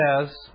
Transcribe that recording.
says